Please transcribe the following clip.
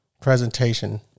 presentation